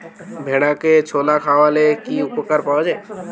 ঘোড়াকে ছোলা খাওয়ালে কি উপকার পাওয়া যায়?